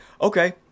Okay